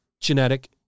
genetic